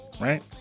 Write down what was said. right